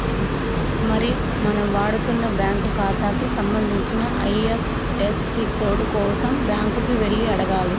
మరి మనం వాడుతున్న బ్యాంకు ఖాతాకి సంబంధించిన ఐ.ఎఫ్.యస్.సి కోడ్ కోసం బ్యాంకు కి వెళ్లి అడగాలి